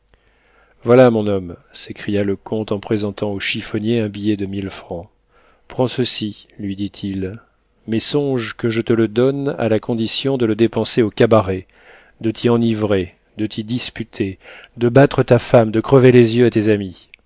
voilà mon homme s'écria le comte en présentant au chiffonnier un billet de mille francs prends ceci lui dit-il mais songe que je te le donne à la condition de le dépenser au cabaret de t'y enivrer de t'y disputer de battre ta femme de crever les yeux à tes amis